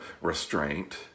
restraint